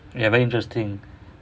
ya very interesting